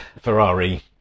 Ferrari